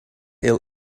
eel